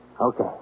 Okay